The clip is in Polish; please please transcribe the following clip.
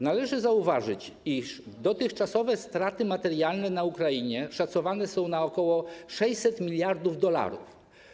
Należy zauważyć, iż dotychczasowe straty materialne na Ukrainie szacowane są na ok. 600 mld dolarów.